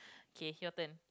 okay your turn